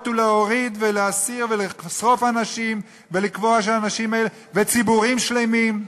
ולהוריד ולהסיר ולשרוף אנשים וציבורים שלמים?